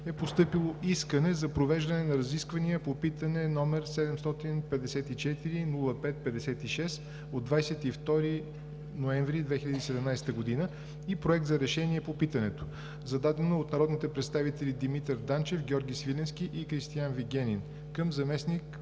е постъпило искане за провеждане на разисквания по питане № 754-05-56 от 22.11.2017 г. и проект за решение по питането, зададено от народните представители Димитър Данчев, Георги Свиленски и Кристиан Вигенин към заместник